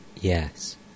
Yes